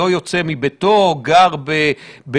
או חלק מהם,